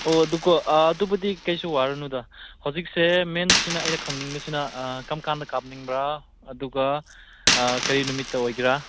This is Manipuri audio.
ꯑꯣ ꯑꯗꯨꯀꯣ ꯑꯗꯨꯕꯨꯗꯤ ꯀꯩꯁꯨ ꯋꯥꯔꯨꯅꯨꯗ ꯍꯧꯖꯤꯛꯁꯦ ꯃꯦꯟꯁꯤꯅ ꯑꯩꯅ ꯈꯪꯅꯤꯡꯕꯁꯤꯅ ꯀꯔꯝꯀꯥꯟꯗ ꯀꯥꯞꯅꯤꯡꯕ꯭ꯔꯥ ꯑꯗꯨꯒ ꯀꯩ ꯅꯨꯃꯤꯠꯇ ꯑꯣꯏꯒꯦꯔꯥ